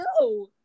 No